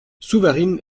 souvarine